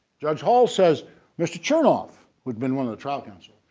judge hall says mr. chernof had been one of the trial counsel.